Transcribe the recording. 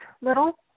little